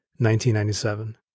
1997